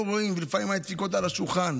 לפעמים היו דפיקות על השולחן,